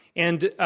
and, ah